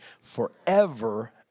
forever